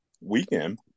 weekend